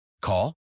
Call